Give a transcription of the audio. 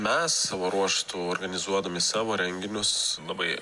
mes savo ruožtu organizuodami savo renginius labai